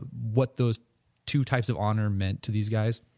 what those two types of honor meant to these guys?